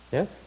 Yes